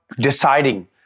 deciding